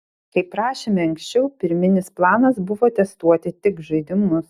kaip rašėme anksčiau pirminis planas buvo testuoti tik žaidimus